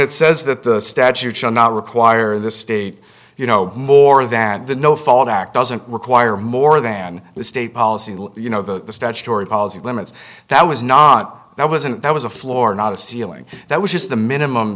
it says that the statute shall not require the state you know more than the no fault act doesn't require more than the state policy you know the statutory policy limits that was not now wasn't that was a floor not a ceiling that was just the minimum